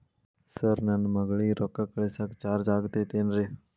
Sir ನನ್ನ ಮಗಳಗಿ ರೊಕ್ಕ ಕಳಿಸಾಕ್ ಚಾರ್ಜ್ ಆಗತೈತೇನ್ರಿ?